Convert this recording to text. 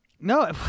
no